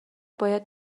باید